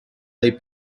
dai